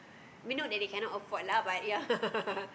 I mean not that they cannot afford lah but ya